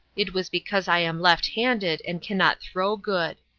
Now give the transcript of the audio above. it was because i am left-handed and cannot throw good.